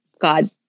god